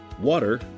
water